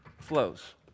flows